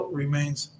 remains